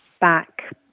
back